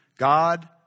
God